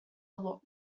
look